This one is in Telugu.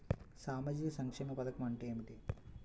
సామాజిక సంక్షేమ పథకం అంటే ఏమిటి?